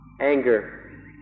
anger